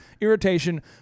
irritation